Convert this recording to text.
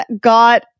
got